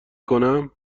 کنم